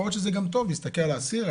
יכול להיות שזה גם טוב להסתכל על האסיר,